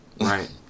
Right